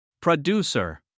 Producer